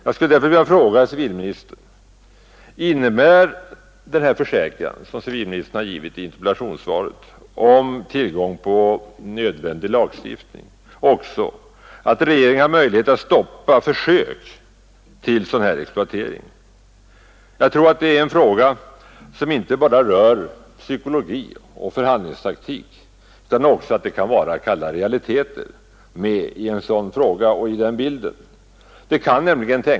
Jag vill därför fråga civilministern: Innebär den försäkran som civilministern givit i svaret om tillgång till nödvändig lagstiftning också att regeringen har möjlighet att stoppa försök till exploatering? Det är en fråga som berör inte bara psykologi och förhandlingstaktik utan också kalla realiteter.